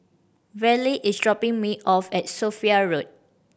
Verle is dropping me off at Sophia Road